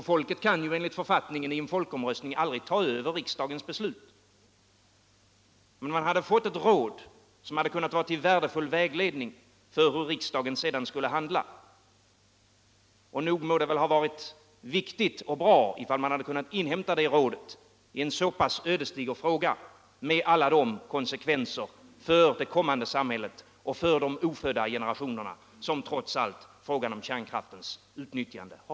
Folket kan ju enligt författningen aldrig i en folkomröstning ta över riksdagens beslut. Men man hade fått ett råd som hade kunnat ge värdefull vägledning för hur riksdagen sedan skulle handla. Nog hade det varit viktigt och bra ifall man hade kunnat inhämta det rådet i en så pass ödesdiger fråga med alla de konsekvenser för det kommande samhället och för de ofödda generationerna som trots allt frågan om kärnkraftens utnyttjande är.